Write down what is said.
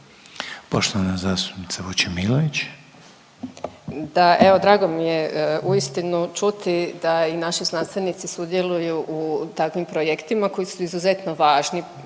Poštovana zastupnica Vučemilović.